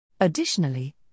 Additionally